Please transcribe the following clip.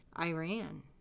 Iran